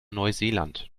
neuseeland